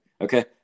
okay